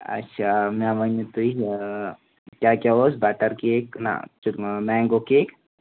اَچھا مےٚ ؤنِو تُہۍ کیٛاہ کیٛاہ اوس بَٹر کیک نا مٮ۪نٛگو کیک